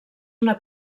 una